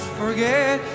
forget